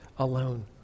alone